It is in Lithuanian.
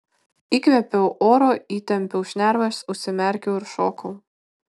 įkvėpiau oro įtempiau šnerves užsimerkiau ir šokau